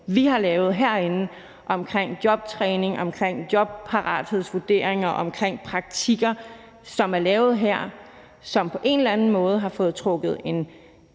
vi har lavet herinde, omkring jobtræning, omkring jobparathedsvurderinger og omkring praktikker, og at de på en eller anden måde har fået trukket en